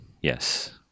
Yes